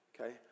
okay